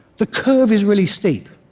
the curve is really steep.